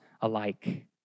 alike